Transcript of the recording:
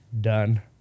done